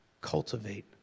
Cultivate